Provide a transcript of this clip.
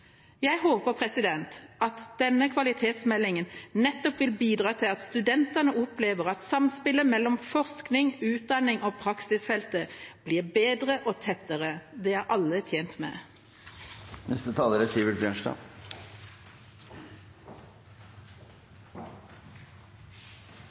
Jeg håper at denne kvalitetsmeldinga vil bidra til at studentene opplever at samspillet mellom forskning, utdanning og praksisfeltet blir bedre og tettere. Det er alle tjent med.